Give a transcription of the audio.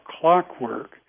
clockwork